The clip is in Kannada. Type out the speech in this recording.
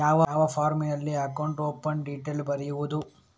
ಯಾವ ಫಾರ್ಮಿನಲ್ಲಿ ಅಕೌಂಟ್ ಓಪನ್ ಡೀಟೇಲ್ ಬರೆಯುವುದು?